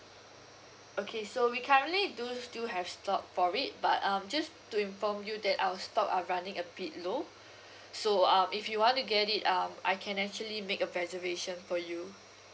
okay so we currently do still have stock for it but um just to inform you that our stock are running a bit low so um if you want to get it um I can actually make a reservation for you